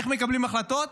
איך מקבלים החלטות?